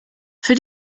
für